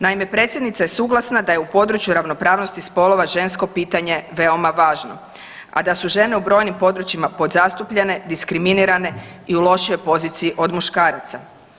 Naime, predsjednica je suglasna da je u području ravnopravnosti spolova žensko pitanje veoma važno, a da su žene u brojnim područjima podzastupljene, diskriminirane i u lošijoj poziciji od muškaraca.